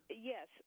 Yes